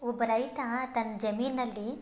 ಒಬ್ಬ ರೈತ ತನ್ನ ಜಮೀನಿನಲ್ಲಿ